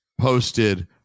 posted